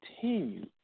continue